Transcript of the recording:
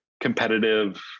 competitive